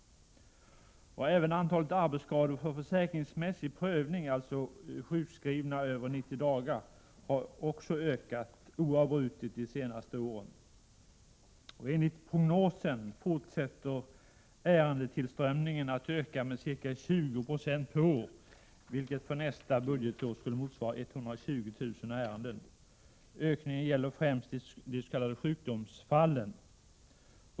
Även antalet arbetsskador för försäkringsmässig prövning, alltså sjukskrivna över 90 dagar har ökat oavbrutet de senaste åren. Enligt prognosen fortsätter ärendetillströmningen att öka med ca 20 96 per år, vilket för nästa budgetår skulle motsvara 120 000 ärenden. Ökningen gäller främst de s.k. sjukdomsfallen.